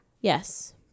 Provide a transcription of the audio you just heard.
Yes